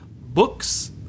books